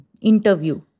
interview